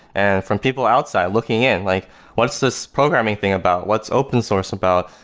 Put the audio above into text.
and from people outside looking in, like what's this programming thing about? what's open source about?